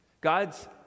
God's